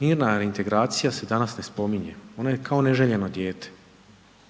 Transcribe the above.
Mirna reintegracija se danas ne spominje, ona je kao neželjeno dijete.